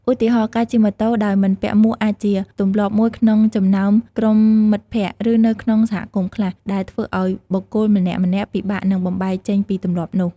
ឧទាហរណ៍ ការជិះម៉ូតូដោយមិនពាក់មួកអាចជាទម្លាប់មួយក្នុងចំណោមក្រុមមិត្តភ័ក្តិ ឬនៅក្នុងសហគមន៍ខ្លះ ដែលធ្វើឱ្យបុគ្គលម្នាក់ៗពិបាកនឹងបំបែកចេញពីទម្លាប់នោះ។